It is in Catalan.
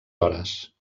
hores